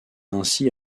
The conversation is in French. ainsi